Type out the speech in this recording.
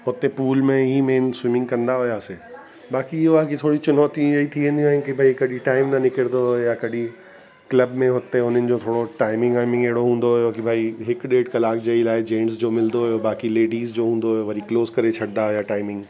हुते पूल में ई मेन स्विमिंग कंदा हुआसीं बाक़ी इहो आहे की थोरी चुनौती ईअं ई थी वेंदियूं आहिनि की भई कॾहिं टाइम न निकिरंदो या कॾहिं क्लब में हुते हुननि जो थोरो टाइमिंग वाइमिंग अहिड़ो हूंदो हुओ की भई हिकु डेढ कलाक जे इलाही जेंट्स जो मिलंदो हुओ बाक़ी लेडिज जो हूंदो हुओ वरी क्लोज़ करे छॾंदा हुआ टाइमिंग